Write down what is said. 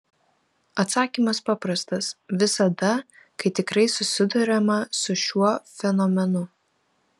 atsakymas paprastas visada kai tikrai susiduriama su šiuo fenomenu